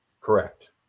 Correct